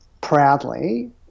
proudly